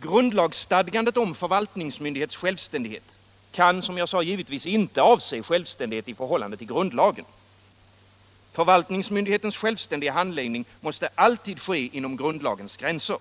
Grundlagsstadgandet om förvaltningsmyndighets självständighet kan som jag sade givetvis inte avse självständighet i förhållande till grundlagen. Förvaltningsmyndighetens självständiga handläggning måste alltid ske inom grundlagens gränser.